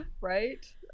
right